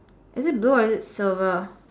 is it blue or is it silver